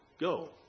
go